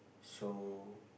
so